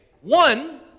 One